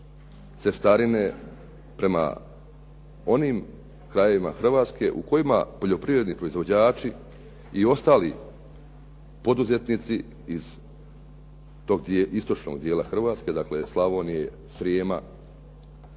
cestarine prema onim krajevima Hrvatske u kojima poljoprivredni proizvođači i ostali poduzetnici iz tog istočnog dijela Hrvatske, dakle Slavonije, Srijema,